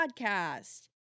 podcast